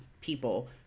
people